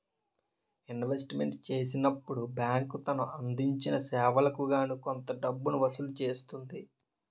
investment చేసినప్పుడు bank తను అందించిన సేవలకు గాను కొంత డబ్బును వసూలు చేస్తుంది